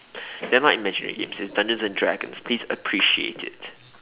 you're not imagining things it's dungeons and dragons please appreciate it